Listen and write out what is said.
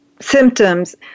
symptoms